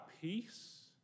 peace